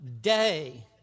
day